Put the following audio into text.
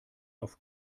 auf